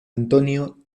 antonio